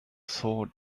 sword